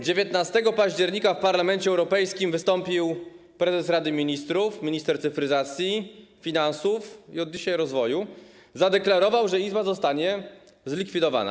19 października w Parlamencie Europejskim wystąpił prezes Rady Ministrów, minister cyfryzacji, finansów i od dzisiaj rozwoju i zadeklarował, że izba zostanie zlikwidowana.